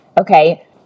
okay